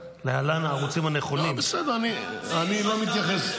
לא, בסדר, אני לא מתייחס.